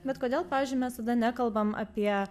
bet kodėl pavyzdžiui mes nekalbam apie